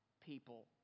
people